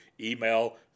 email